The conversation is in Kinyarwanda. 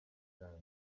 cyane